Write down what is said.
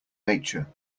nature